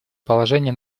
положение